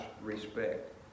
respect